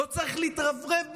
לא צריך להתרברב בזה.